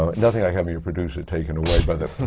um nothing like having a producer taken away by the